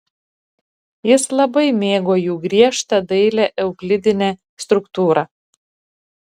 jis labai mėgo jų griežtą dailią euklidinę struktūrą